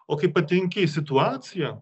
o kai patenki į situaciją